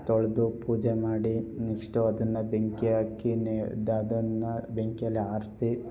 ತೊಳೆದು ಪೂಜೆ ಮಾಡಿ ನಿಷ್ಟವಾದದ್ದನ್ನ ಬೆಂಕಿ ಹಾಕಿಯೇ ಇದು ಅದನ್ನು ಬೆಂಕಿಯಲ್ಲಿ ಆರಿಸಿ